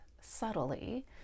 subtly